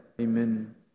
Amen